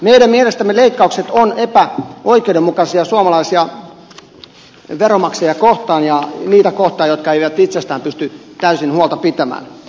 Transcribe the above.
meidän mielestämme leikkaukset ovat epäoikeudenmukaisia suomalaisia veronmaksajia kohtaan ja niitä kohtaan jotka eivät itsestään pysty täysin huolta pitämään